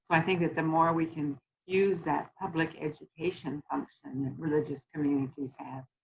i think that the more we can use that public education function that religious communities have,